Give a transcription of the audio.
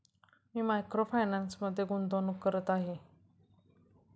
मी micro फायनान्समध्ये गुंतवणूक करत आहे